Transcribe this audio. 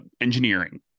engineering